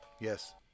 Yes